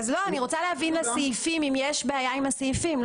אני רוצה להבין אם יש בעיה עם הסעיפים.